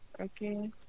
Okay